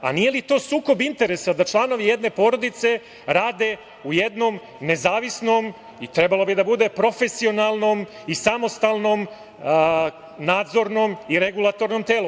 Zar nije to sukob interesa da članovi jedne porodice rade u jednom nezavisnom i trebalo bi da bude profesionalnom i samostalnom nadzornom i regulatornom telu.